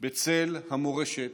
בצל המורשת